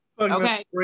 Okay